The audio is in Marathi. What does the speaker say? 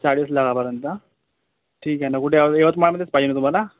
चाळीस लाखापर्यंत ठीक आहे ना कुठे हवं यवतमाळमधेच पाहिजे ना तुम्हाला